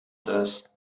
das